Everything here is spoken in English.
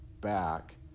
back